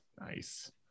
Nice